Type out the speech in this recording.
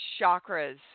chakras